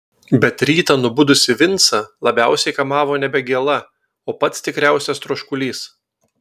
bet rytą nubudusį vincą labiausiai kamavo nebe gėla o pats tikriausias troškulys